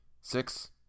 Six